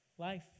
Life